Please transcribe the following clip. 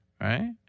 right